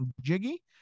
jiggy